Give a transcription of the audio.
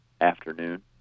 afternoon